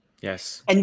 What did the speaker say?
Yes